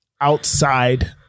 outside